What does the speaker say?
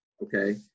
Okay